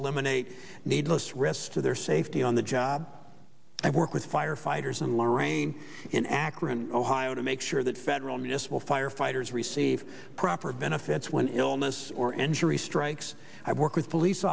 eliminate needless risk to their safety on the job i work with firefighters and lorraine in akron ohio to make sure that federal municipal firefighters receive proper benefits when illness or injury strikes i work with police